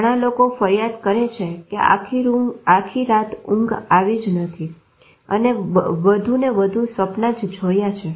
ઘણા લોકો ફરિયાદ કરે છે કે આખી રાત ઊંઘ નથી આવી અને વધુ ને વધુ સ્વપ્ના જ જોયા છે